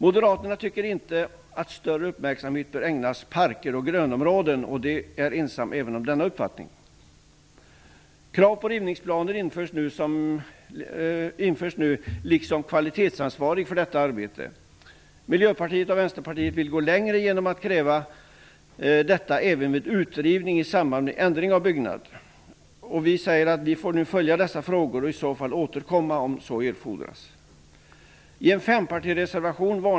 Moderaterna tycker inte att större uppmärksamhet bör ägnas parker och grönområden. De är ensamma även om denna uppfattning. Krav på rivningsplaner införs nu liksom kvalitetsansvarig för detta arbete. Miljöpartiet och Vänsterpartiet vill gå längre genom att kräva detta även vid utrivning i samband med ändring av byggnad. Vi anser att man får följa dessa frågor och återkomma om så erfordras.